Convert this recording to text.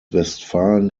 westfalen